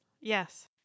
Yes